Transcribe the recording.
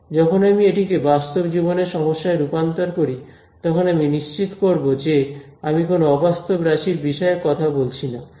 যখন আমি এটিকে বাস্তব জীবনের সমস্যায় রূপান্তর করি তখন আমি নিশ্চিত করব যে আমি কোন অবাস্তব রাশির বিষয় এ কথা বলছিনা